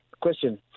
Question